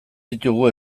ditugu